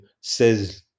says